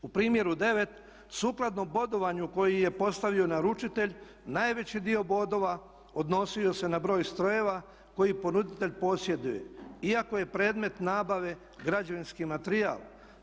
U primjeru 9, sukladno bodovanju koji je postavio naručitelj najveći dio bodova odnosio se na broj strojeva koje ponuditelj posjeduje, iako je predmet nabave građevinski materijal.